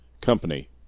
Company